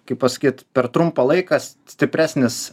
kaip pasakyt per trumpą laiką stipresnis